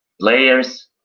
Players